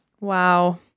Wow